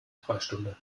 freistunde